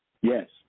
Yes